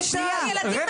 אני